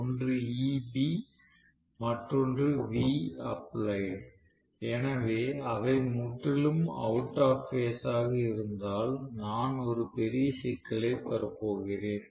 ஒன்று Eb மற்றொன்று Vapplied எனவே அவை முற்றிலும் அவுட் ஆப் பேஸ் ஆக இருந்தால் நான் ஒரு பெரிய சிக்கலைப் பெறப்போகிறேன்